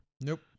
Nope